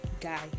guy